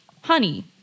honey